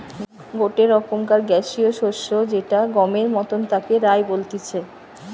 গটে রকমকার গ্যাসীয় শস্য যেটা গমের মতন তাকে রায় বলতিছে